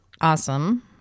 awesome